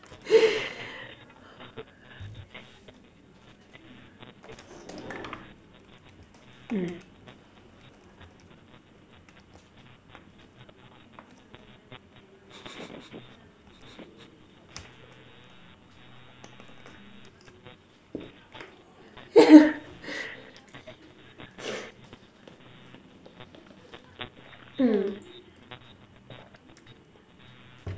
mm mm